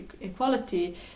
equality